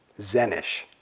Zenish